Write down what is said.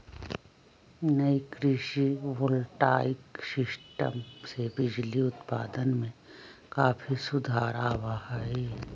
नई कृषि voltaic system से बिजली उत्पादन में काफी सुधार आवा हई